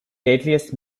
deadliest